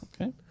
Okay